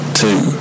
two